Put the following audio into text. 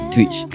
Twitch